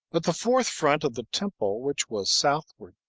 but the fourth front of the temple, which was southward,